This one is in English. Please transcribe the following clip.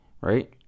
right